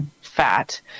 fat